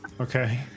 Okay